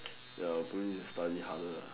ya I'll probably just study harder lah